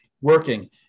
working